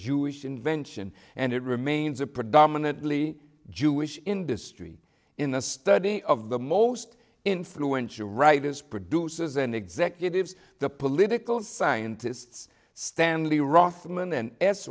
jewish invention and it remains a predominantly jewish industry in the study of the most influential writers producers and executives the political scientists stanley